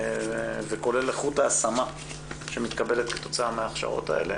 וכולל איכות ההשמה שמתקבלת כתוצאה מההכשרות האלה.